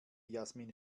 jasmin